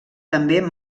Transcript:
també